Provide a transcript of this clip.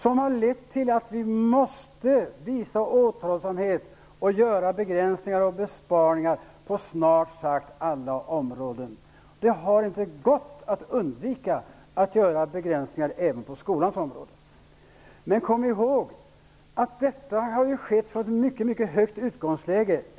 Den har lett till att vi måste visa återhållsamhet och göra begränsningar och besparingar på snart sagt alla områden. Det har inte gått att undvika att göra begränsningar även på skolans område. Kom ihåg att detta har skett från ett mycket högt utgångsläge.